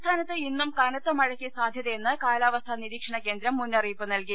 സംസ്ഥാനത്ത് ഇന്നും കനത്തമഴയ്ക്ക് സാധ്യതയെന്ന് കാലാ വസ്ഥാ നിരീക്ഷണകേന്ദ്രം മുന്നറിയിപ്പ് നൽകി